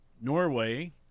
Norway